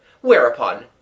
Whereupon